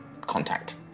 contact